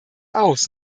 aus